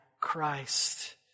Christ